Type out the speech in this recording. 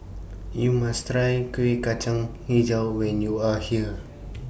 YOU must Try Kueh Kacang Hijau when YOU Are here